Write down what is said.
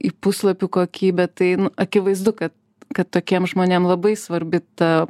į puslapių kokybę tai nu akivaizdu kad kad tokiem žmonėm labai svarbi ta